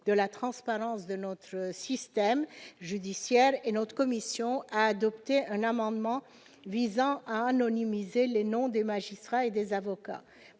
de la transparence de notre système judiciaire, notre commission ayant adopté un amendement visant à anonymiser les noms des magistrats et des avocats.